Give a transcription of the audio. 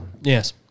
Yes